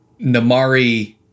Namari